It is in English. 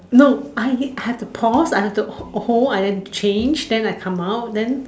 no I have to pause I have to hold and then change then I come out then